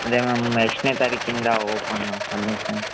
ಅದೇ ಮ್ಯಾಮ್ ಎಷ್ಟನೇ ತಾರೀಖಿಂದ ಓಪನ್ನು ಅಡ್ಮಿಷನ್